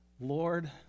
Lord